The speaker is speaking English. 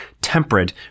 temperate